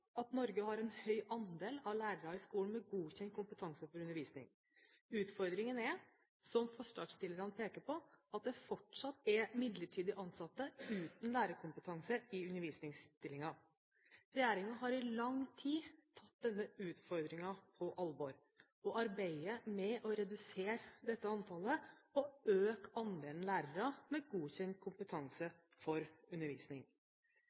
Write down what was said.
at Norge har en høy andel av lærere i skolen med godkjent kompetanse for undervisning. Utfordringen er, som forslagsstillerne peker på, at det fortsatt er midlertidig ansatte uten lærerkompetanse i undervisningsstillinger. Regjeringen har i lang tid tatt denne utfordringen på alvor og arbeider med å redusere dette antallet og øke andelen lærere med godkjent kompetanse for undervisning.